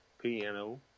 piano